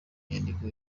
nyandiko